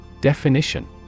Definition